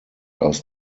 aus